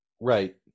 Right